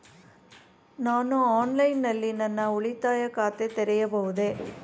ನಾನು ಆನ್ಲೈನ್ ನಲ್ಲಿ ನನ್ನ ಉಳಿತಾಯ ಖಾತೆ ತೆರೆಯಬಹುದೇ?